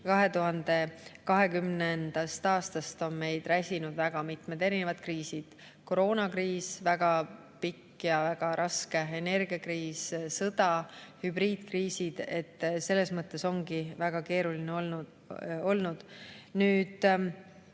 2020. aastast on meid räsinud väga mitmed kriisid: koroonakriis, väga pikk ja väga raske energiakriis, sõda, hübriidkriisid. Selles mõttes ongi väga keeruline olnud. Nüüd,